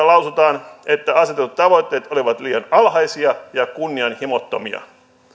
lausutaan että asetetut tavoitteet olivat liian alhaisia ja kunnianhimottomia